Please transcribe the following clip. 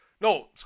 no